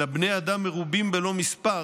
אלא של בני אדם מרובים בלא מספר